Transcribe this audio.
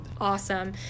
awesome